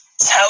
tell